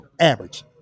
average